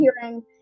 hearing